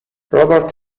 robert